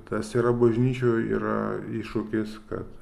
tas yra bažnyčioj yra iššūkis kad